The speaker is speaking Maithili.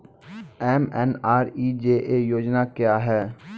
एम.एन.आर.ई.जी.ए योजना क्या हैं?